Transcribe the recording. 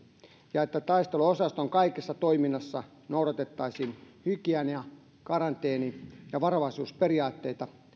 ja että taisteluosaston kaikessa toiminnassa noudatettaisiin hygienia karanteeni ja varovaisuusperiaatteita